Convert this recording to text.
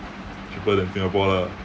cheaper than singapore lah